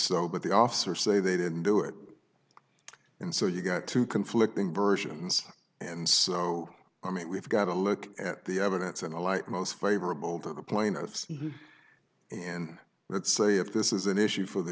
so but the officers say they didn't do it and so you got two conflicting versions and so i mean we've got to look at the evidence in a light most favorable to the plaintiffs and let's say if this is an issue for the